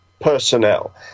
personnel